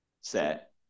set